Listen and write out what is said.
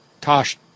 Tosh